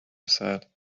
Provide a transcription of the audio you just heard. said